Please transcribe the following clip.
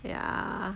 ya